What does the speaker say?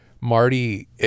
Marty